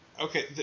Okay